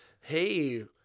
Hey